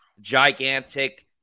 gigantic